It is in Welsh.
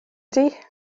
ydy